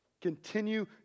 continue